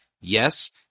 Yes